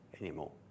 anymore